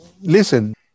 listen